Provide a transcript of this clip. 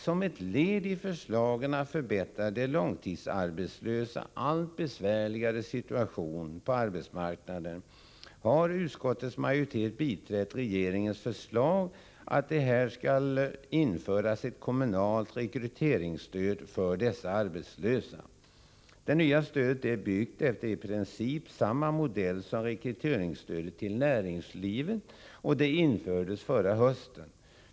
Som ett led i förslagen att förbättra de långtidsarbetslösas allt besvärligare situation på arbetsmarknaden har utskottets majoritet biträtt regeringens förslag att det skall införas ett kommunalt rekryteringsstöd för dessa arbetslösa. Detta nya stöd är byggt efter i princip samma modell som det rekryteringsstöd till näringslivet som infördes förra hösten.